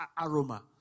aroma